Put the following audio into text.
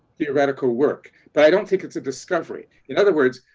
theoretical work, but i don't think it's a discovery. in other words,